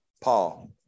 Paul